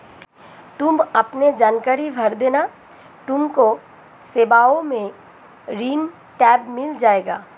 तुम अपने जानकारी भर देना तुमको सेवाओं में ऋण टैब मिल जाएगा